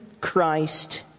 Christ